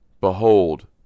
Behold